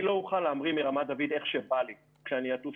אני לא אוכל להמריא מרמת דוד איך שבא לי כשאני לטוס